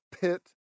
pit